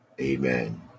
Amen